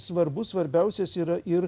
man svarbus svarbiausias yra ir